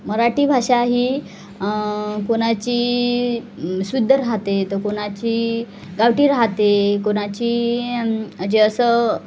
मराठी भाषा ही कोणाची शुद्ध राहते तर कोणाची गावठी राहते कोणाची जे असं